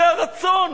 זה הרצון.